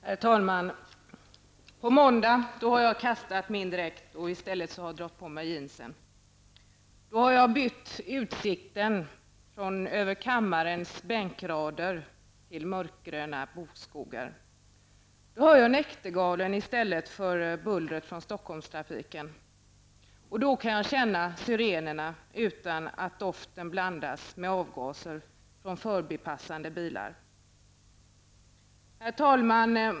Herr talman! På måndag har jag kastat dräkten och i stället dragit på mig mina jeans. Då har jag bytt utsikten över kammarens bänkrader till mörkgröna bokskogar. Då hör jag näktergalen i stället för bullret från Stockholmstrafiken. Då kan jag känna syrenerna utan att doften blandas med avgaser från förbipasserande bilar. Herr talman!